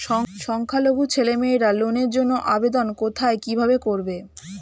সংখ্যালঘু ছেলেমেয়েরা লোনের জন্য আবেদন কোথায় কিভাবে করবে?